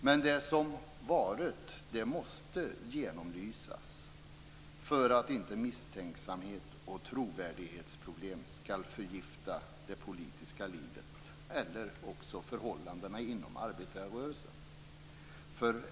Men det som varit måste genomlysas för att inte misstänksamhet och trovärdighetsproblem skall förgifta det politiska livet eller förhållandena inom arbetarrörelsen.